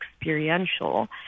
experiential